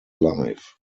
life